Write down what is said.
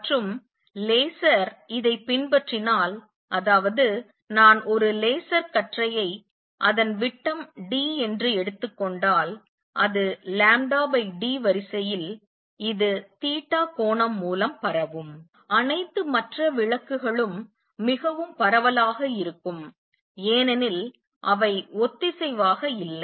மற்றும் லேசர் இதை பின்பற்றினால் அதாவது நான் ஒரு லேசர் கற்றையை அதன் விட்டம் d என்று எடுத்துக் கொண்டால் அது d வரிசையில் இது கோணம் மூலம் பரவும் அனைத்து மற்ற விளக்குகளும் மிகவும் பரவலாக இருக்கும் ஏனெனில் அவை ஒத்திசைவாக இல்லை